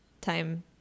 time